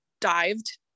dived